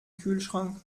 kühlschrank